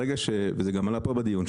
ברגע שזה גם עלה פה בדיון,